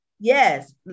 Yes